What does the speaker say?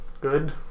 good